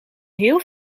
heel